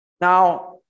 Now